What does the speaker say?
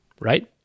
right